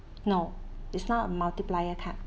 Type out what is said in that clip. no it's not a multiplier type